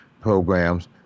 programs